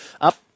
up